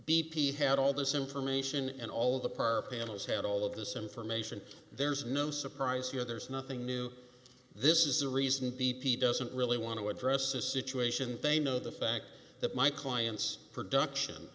p had all this information and all the park panels had all of this information there's no surprise here there's nothing new this is the reason b p doesn't really want to address this situation they know the fact that my client's production